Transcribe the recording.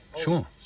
sure